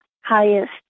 highest